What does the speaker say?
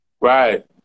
right